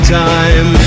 time